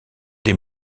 des